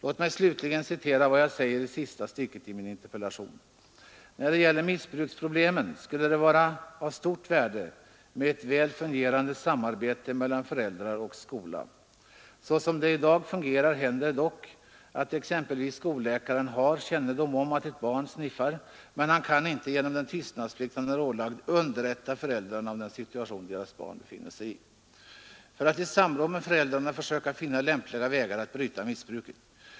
Låt mig slutligen citera vad jag säger i sista stycket i min interpellation: ”När det gäller missbruksproblemen skulle det vara av stort värde med ett väl fungerande samarbete mellan föräldrar och skola. Som det i dag fungerar händer det dock att exempelvis skolläkaren har kännedom om att ett barn sniffar. Man han kan inte, genom den tystnadsplikt han är ålagd, underrätta föräldrarna om den situation deras barn befinner sig i och är alltså förhindrad att i samråd med föräldrarna försöka finna lämpliga vägar att bryta missbruket.